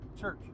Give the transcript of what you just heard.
Church